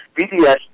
BDS